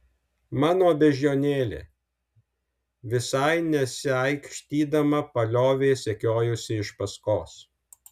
mano beždžionėlė visai nesiaikštydama paliovė sekiojusi iš paskos